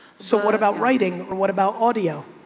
so what about writing? or what about audio?